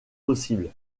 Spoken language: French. possible